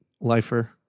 lifer